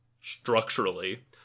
structurally